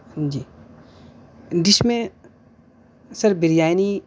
جی جس میں سر بریانی